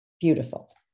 Beautiful